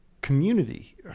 community